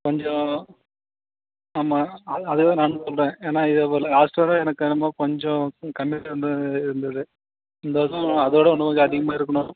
கொஞ்சம் ஆமாம் அதே அதே தான் நானும் சொல்லுறேன் ஏன்னா இதேப் போல லாஸ்ட் தடவை எனக்கு என்னமோ கொஞ்சம் கம்மியாக இருந்து இருந்துது இந்த வருஷம் அதோட இன்னும் கொஞ்சம் அதிகமாக இருக்கணும்